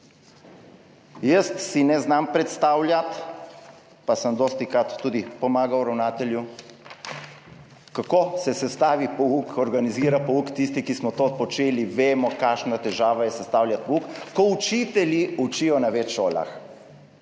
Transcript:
znanja. Ne znam si predstavljati, pa sem dostikrat tudi pomagal ravnatelju, kako se sestavi pouk, organizira pouk, tisti, ki smo to počeli, vemo, kakšna težava je sestavljati pouk, ko učitelji učijo na več šolah.